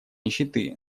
нищеты